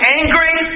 angry